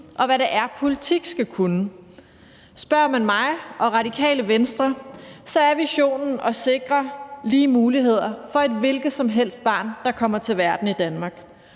og hvad det er, politik skal kunne. Spørger man mig og Radikale Venstre, er visionen at sikre lige muligheder for et hvilket som helst barn, der kommer til verden i Danmark.